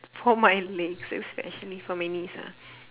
for my legs especially for my knees ah